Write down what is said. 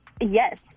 Yes